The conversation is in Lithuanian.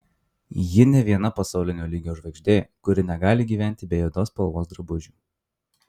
ji ne viena pasaulinio lygio žvaigždė kuri negali gyventi be juodos spalvos drabužių